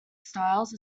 styles